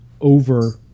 over